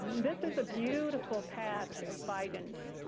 this is a beautiful patch of bidens.